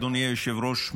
אדוני היושב-ראש,